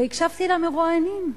והקשבתי למרואיינים.